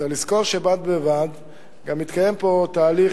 יש לזכור שבד בבד גם התקיים פה תהליך,